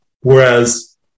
whereas